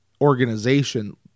organization